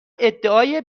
ادعای